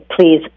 please